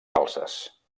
calces